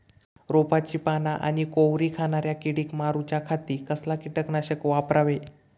रोपाची पाना आनी कोवरी खाणाऱ्या किडीक मारूच्या खाती कसला किटकनाशक वापरावे?